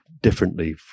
differently